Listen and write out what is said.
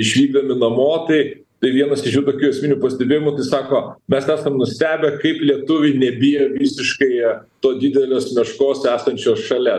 išvykdami namo tai tai vienas iš jų tokių esminių pastebėjimų tai sako mes esam nustebę kaip lietuviai nebijo visiškai to didelės meškos esančios šalia